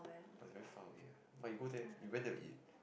but it's very far away eh but you go there you went there to eat